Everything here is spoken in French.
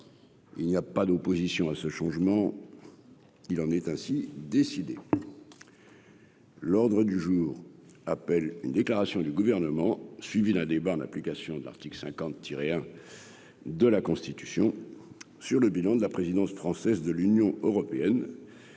Il n'y a pas d'opposition à ce changement, il en est ainsi décidé. L'ordre du jour appelle. Une déclaration du gouvernement, suivie d'un débat en application de l'article 50 tirer hein de la Constitution sur le bilan de la présidence française de l'Union européenne,